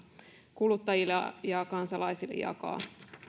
kuluttajille ja ja kansalaisille jakaa